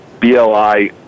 BLI